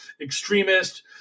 extremist